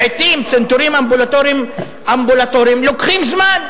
לעתים צנתורים אמבולטוריים לוקחים זמן,